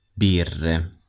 birre